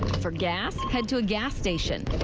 for gas, head to a gas station.